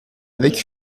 avec